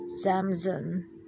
Samson